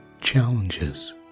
challenges